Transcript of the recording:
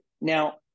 now